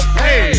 hey